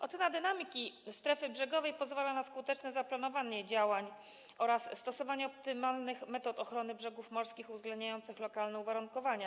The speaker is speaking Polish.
Ocena dynamiki strefy brzegowej pozwala na skuteczne zaplanowanie działań oraz stosowanie optymalnych metod ochrony brzegów morskich uwzględniających lokalne uwarunkowania.